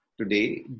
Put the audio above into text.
today